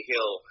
Hill